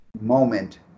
moment